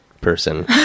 person